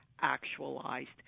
actualized